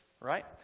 right